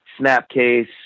Snapcase